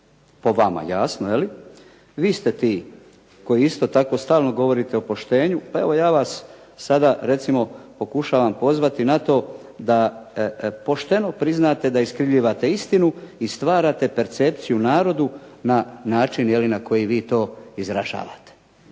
po vama jasno jeli, vi ste ti koji isto tako stalno govorite o poštenju pa evo ja vas sada recimo pokušavam pozvati na to da pošteno priznate da iskrivljavate istinu i stvarate percepciju narodu na način na koji vi to izražavate.